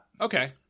Okay